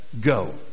go